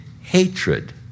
hatred